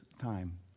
time